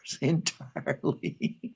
entirely